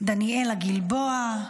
דניאלה גלבוע,